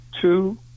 two